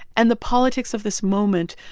and the politics of this moment